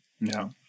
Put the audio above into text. no